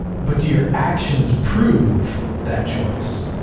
but do your actions prove that choice?